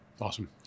Awesome